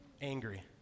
angry